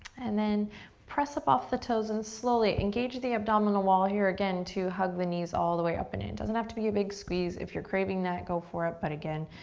and then press up off the toes and slowly engage the abdominal wall here, again, to hug the knees all the way up and in. it doesn't have to be a big squeeze. if you're craving that, go for it, but again,